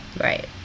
Right